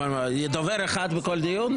אבל דובר אחד בכל דיון?